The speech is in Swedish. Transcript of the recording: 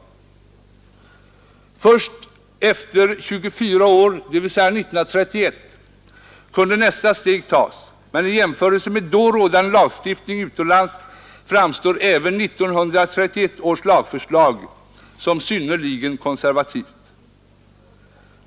Ändringar i Först efter 24 år, dvs. 1931, kunde nästa steg tas. Men i jämförelse — pyggnadsoch med då rådande lagstiftning utomlands framstår även 1931 års lagförslag expropriationssom synnerligen konservativt.